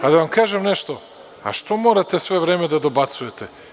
Da vam kažem nešto, a što morate sve vreme da dobacujete?